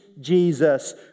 Jesus